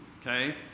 okay